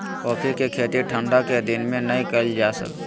coffee के खेती ठंढा के दिन में नै कइल जा हइ